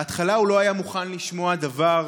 בהתחלה הוא לא היה מוכן לשמוע דבר,